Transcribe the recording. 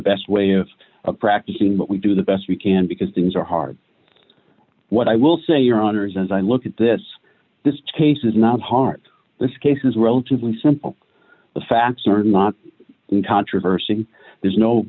best way of practicing but we do the best we can because things are hard what i will say your honour's as i look at this this case is not hard this case is relatively simple the facts are not in controversy and there's no